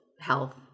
health